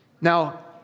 Now